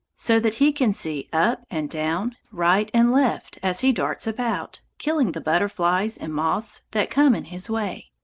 so that he can see up and down, right and left, as he darts about, killing the butterflies and moths that come in his way.